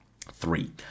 Three